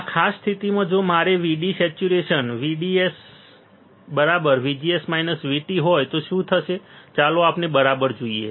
આ ખાસ સ્થિતિમાં જો મારો VD saturation VDS VGS VT હોય તો શું થશે ચાલો આપણે બરાબર જોઈએ